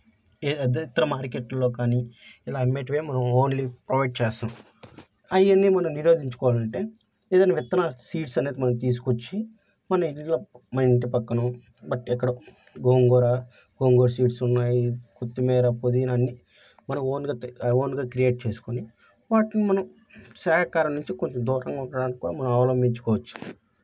ఇతర మార్కెట్లో కానీ ఇలా అమ్మేవే మనం ఓన్లీ ప్రొవైడ్ చేస్తాము అవన్నీ కూడా నిరోధించుకోవాలి అంటే ఏదైనా విత్తన సీడ్స్ అనేది మనం తీసుకొచ్చి మన ఇండియాలో మన ఇంటి పక్కనో బట్ ఎక్కడో గోంగూర గోంగూర సీడ్స్ ఉన్నాయి కొత్తిమీర పుదీనా అన్నీ మనం ఓన్గా ఓన్గా క్రియేట్ చేసుకొని వాటిని మనం శాకాహార నుంచి కొంచెం దూరంగా ఉండటానికి కూడా మనం అవలంబించుకోవచ్చు